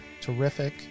terrific